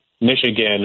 Michigan